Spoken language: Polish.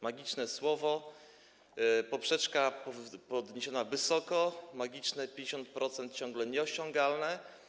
Magiczne słowo, poprzeczka podniesiona wysoko, magiczne 50% ciągle nieosiągalne.